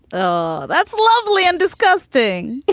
ah that's lovely and disgusting